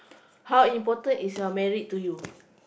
how important is your married to you